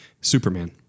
Superman